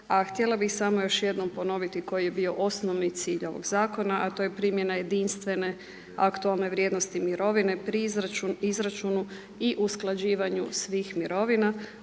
A htjela bih samo još jednom ponoviti koji je bio osnovni cilj ovog zakona, a to je primjena jedinstvene aktualne vrijednosti mirovine, pri izračunu i usklađivanju svih mirovina